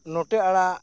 ᱱᱚᱴᱮ ᱟᱲᱟᱜ